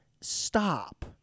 stop